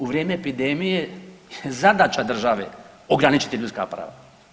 U vrijeme epidemije je zadaća države ograničiti ljudska prava.